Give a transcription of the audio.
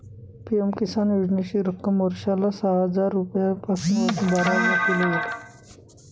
PM Kisan योजनेची रक्कम वर्षाला सहा हजार रुपयांपासून वाढवून बारा हजार केल गेलं आहे